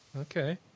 Okay